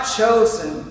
chosen